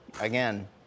again